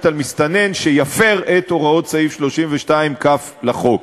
על מסתנן שיפר את הוראות סעיף 32ב לחוק.